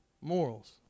morals